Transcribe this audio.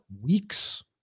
weeks